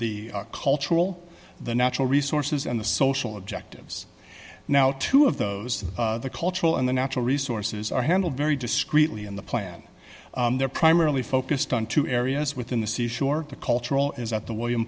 the cultural the natural resources and the social objectives now two of those the cultural and the natural resources are handled very discreetly in the plan they're primarily focused on two areas within the seashore the cultural is at the w